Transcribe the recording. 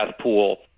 pool